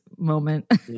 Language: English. moment